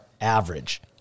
average